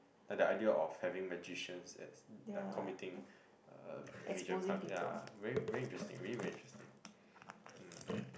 like the idea of having magicians as like committing uh major crimes yeah very very interesting really very interesting um